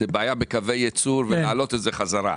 יש בעיה בקווי הייצור ובעיה להעלות את זה בחזרה.